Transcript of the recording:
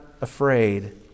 afraid